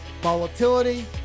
volatility